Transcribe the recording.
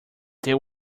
there